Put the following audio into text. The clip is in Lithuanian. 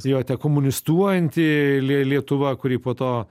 jo tiek komunistuojanti lie lietuva kuri po to